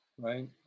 right